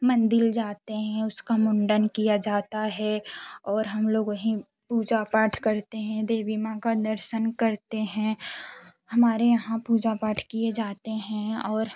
मंदिल जाते हैं उसका मुंडन किया जाता है और हमलोग वहीं पूजा पाठ करते हैं देवी माँ का दर्शन करते हैं हमारे यहाँ पूजा पाठ किए जाते हैं और